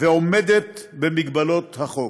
ועומדת במגבלות החוק.